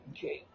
Okay